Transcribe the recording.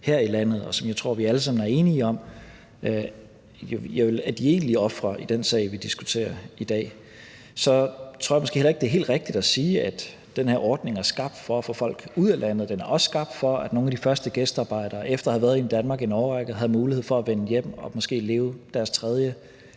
her i landet, og som jeg tror vi alle sammen er enige om er de egentlige ofre i den sag, vi diskuterer i dag. Så tror jeg måske heller ikke, det er helt rigtigt at sige, at den her ordning er skabt for at få folk ud af landet. Den er også skabt for, at nogle af de første gæstearbejdere efter at have været i Danmark i en årrække havde mulighed for at vende hjem og måske leve deres tredje